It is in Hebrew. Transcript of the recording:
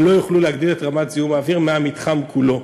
הם לא יוכלו להעלות את רמת זיהום האוויר מהמתחם כולו,